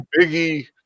biggie